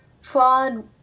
fraud